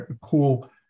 cool